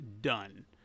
done